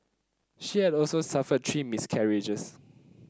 she had also suffered three miscarriages